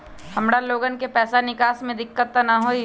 हमार लोगन के पैसा निकास में दिक्कत त न होई?